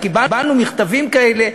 וקיבלנו מכתבים כאלה,